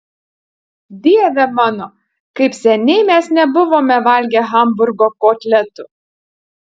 dieve mano kaip seniai mes nebuvome valgę hamburgo kotletų